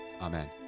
Amen